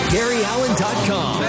GaryAllen.com